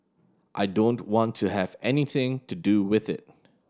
I don't want to have anything to do with it